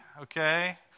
Okay